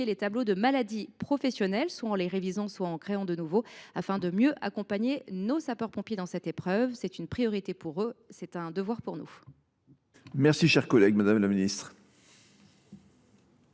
les tableaux de maladies professionnelles, soit en les révisant, soit en en créant de nouveaux, afin de mieux accompagner nos sapeurs pompiers dans cette épreuve. C’est une priorité pour eux ; c’est un devoir pour nous. La parole est à Mme la secrétaire